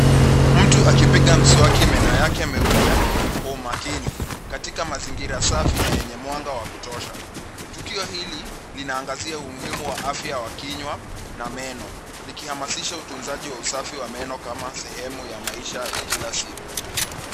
Mtu akipiga mswaki meno yake meupe kwa umakini katika mazingira safi na yenye mwanga wa kutosha. Tukio hili linaangazia umuhimu wa afya wa kinywa na meno, likihamasisha utunzaji wa usafi wa meno kama sehemu ya maisha ya kila siku.